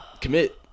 Commit